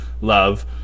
Love